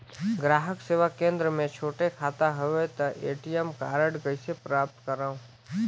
ग्राहक सेवा केंद्र मे छोटे खाता हवय त ए.टी.एम कारड कइसे प्राप्त करव?